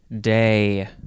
day